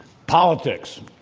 politics.